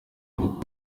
avuga